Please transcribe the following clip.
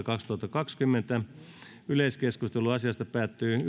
valtiovarainvaliokunnan mietintö kahdeksan yleiskeskustelu asiasta päättyi